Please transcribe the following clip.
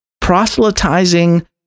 Proselytizing